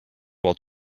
while